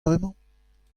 bremañ